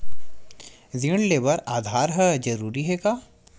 ऋण ले बर आधार ह जरूरी हे का?